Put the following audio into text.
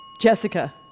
Jessica